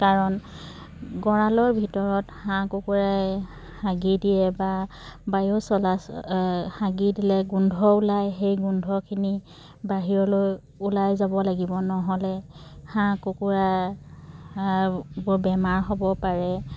কাৰণ গঁৰালৰ ভিতৰত হাঁহ কুকুৰাই হাগি দিয়ে বা বায়ু চলাচ হাগি দিলে গোন্ধ ওলায় সেই গোন্ধখিনি বাহিৰলৈ ওলাই যাব লাগিব নহ'লে হাঁহ কুকুৰাবোৰ বেমাৰ হ'ব পাৰে